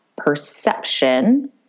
Perception